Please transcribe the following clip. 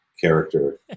character